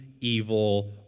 evil